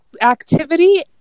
activity